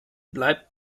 bleibt